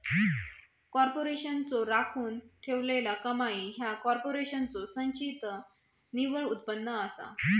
कॉर्पोरेशनचो राखून ठेवलेला कमाई ह्या कॉर्पोरेशनचो संचित निव्वळ उत्पन्न असता